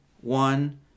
one